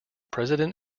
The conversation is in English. president